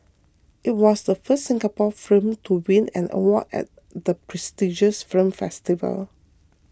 it was the first Singapore film to win an award at the prestigious film festival